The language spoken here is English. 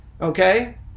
Okay